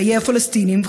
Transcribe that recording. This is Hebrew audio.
חיי הפלסטינים,